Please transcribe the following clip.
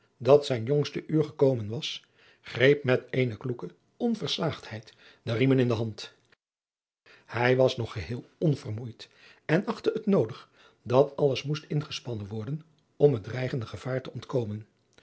dat zijn jongste uur gekomen was greep met eene kloeke onversaagdheid de riemen in de hand hij was nog geheel onvermoeid en achtte het noodig dat alles moest ingespannen worden om het dreigende gevaar te ontkomen